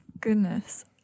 goodness